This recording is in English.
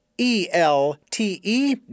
e-l-t-e